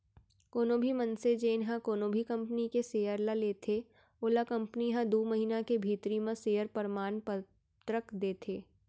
कोनो भी मनसे जेन ह कोनो भी कंपनी के सेयर ल लेथे ओला कंपनी ह दू महिना के भीतरी म सेयर परमान पतरक देथे